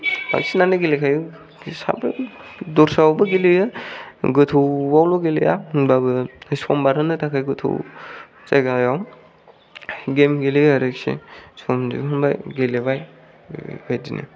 बांसिनानो गेलेखायो दस्रायावबो गेलेयो गोथौआवल' गेलेया होनब्लाबो सम बारहोनो थाखाय गोथौ जायगायाव गेम गेलेयो आरोखि समजों होनबा गेलेबाय बेबायदिनो